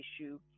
issue